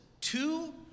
two